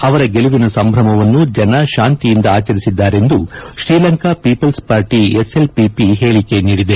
ಅವರ ಗೆಲುವಿನ ಸಂಭ್ರಮವನ್ನು ಜನ ಶಾಂತಿಯಿಂದ ಆಚರಿಸಿದ್ದಾರೆಂದು ಶ್ರೀಲಂಕಾ ಪೀಪಲ್ಪ ಪಾರ್ಟಿ ಎಸ್ಎಲ್ಪಿಪಿ ಹೇಳಿಕೆ ನೀಡಿದೆ